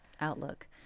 outlook